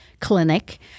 clinic